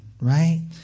right